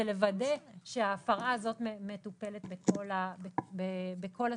זה לוודא שההפרה הזאת מטופלת בכל הסניפים.